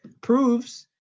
proves